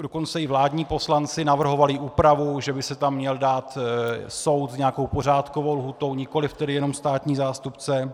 Dokonce i vládní poslanci navrhovali úpravu, že by se tam měl dát soud s nějakou pořádkovou lhůtou, nikoliv tedy jenom státní zástupce.